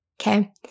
okay